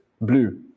blue